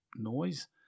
noise